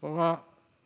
Våra